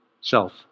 self